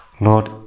Lord